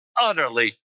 utterly